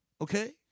Okay